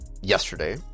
yesterday